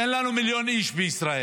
אין לנו מיליון איש בישראל.